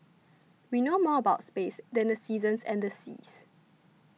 we know more about space than the seasons and the seas